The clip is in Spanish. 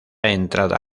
entrada